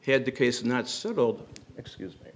had the case not settled excuse me